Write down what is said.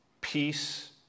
peace